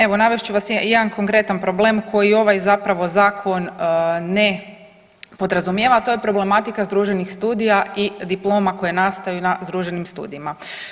Evo navest ću vam jedan konkretan problem koji ovaj zapravo zakon ne podrazumijeva, a to je problematika združenih studija i diploma koje nastaju na združenim studijima.